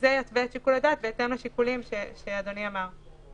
זה יתווה את שיקול הדעת בהתאם לשיקולים שאדוני אמר.